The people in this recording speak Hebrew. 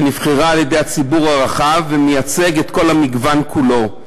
שנבחרה על-ידי הציבור הרחב ומייצגת את כל המגוון כולו.